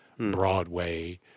Broadway